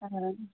औ